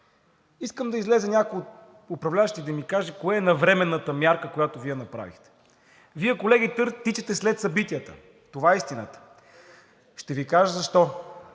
Искам да излезе някой от управляващите и да ни каже коя е навременната мярка, която Вие направихте? Вие колеги, тичате след събитията – това е истината. Ще Ви кажа защо.